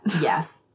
Yes